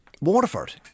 Waterford